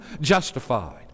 justified